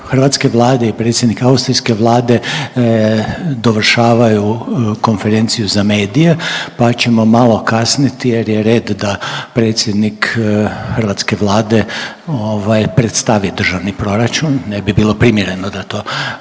hrvatske Vlade i predsjednik austrijske Vlade dovršavaju konferenciju za medije pa ćemo malo kasniti jer je red da predsjednik hrvatske Vlade ovaj predstavi državni proračun, ne bi bilo primjereno da to